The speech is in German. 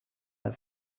der